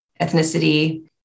ethnicity